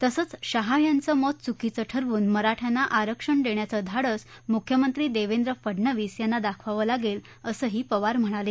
तसंच शहा यांचं मत चुकीचं ठरवून मराठ्यांना आरक्षण देण्याचं धाडस मुख्यमंत्री देवेंद्र फडणवीस यांना दाखवावं लागेल असंही पवार म्हणाले